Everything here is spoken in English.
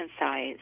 size